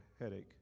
headache